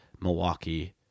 Milwaukee